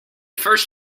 first